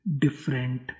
different